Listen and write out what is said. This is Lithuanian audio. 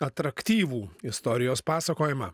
atraktyvų istorijos pasakojimą